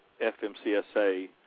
FMCSA